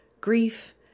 grief